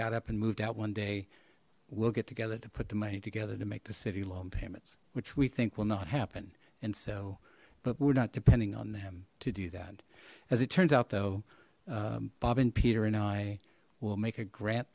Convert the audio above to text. got up and moved out one day we'll get together to put the money together to make the city loan payments which we think will not happen and so but we're not depending on them to do that as it turns out though bob and peter and i will make a grant